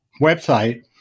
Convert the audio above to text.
website